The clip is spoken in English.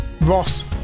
Ross